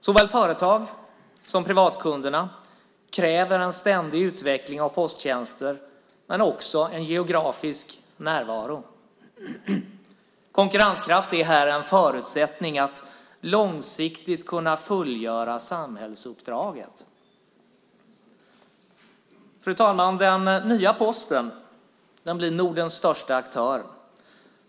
Såväl företag som privatkunder kräver en ständig utveckling av posttjänster men också en geografisk närvaro. Konkurrenskraft är här en förutsättning för att långsiktigt kunna fullgöra samhällsuppdraget. Fru talman! Den nya Posten blir Nordens största aktör.